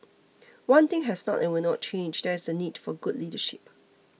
one thing has not and will not change that is the need for good leadership